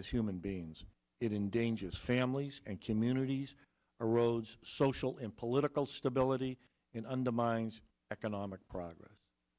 as human beings it in dangerous families and communities or roads social and political stability and undermines economic progress